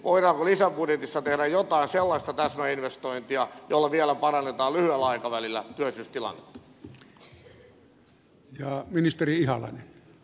voidaanko lisäbudjetissa tehdä jotain sellaista täsmäinvestointia jolla vielä parannetaan työllisyystilannetta lyhyellä aikavälillä